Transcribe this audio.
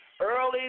early